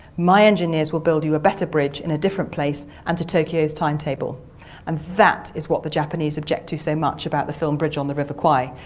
my engineers will build you a better bridge in a different place and to tokyo's timetable and that is what the japanese object to so much about the film bridge on the river kwai,